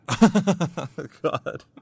God